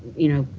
you know,